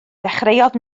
dechreuodd